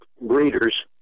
breeders